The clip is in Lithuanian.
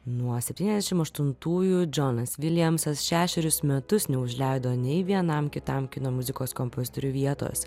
nuo setyniasdešim aštuntųjų džonas viljamsas šešerius metus neužleido nei vienam kitam kino muzikos kompozitoriui vietos